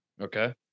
Okay